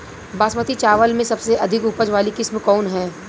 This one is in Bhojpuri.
बासमती चावल में सबसे अधिक उपज वाली किस्म कौन है?